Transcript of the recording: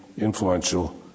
influential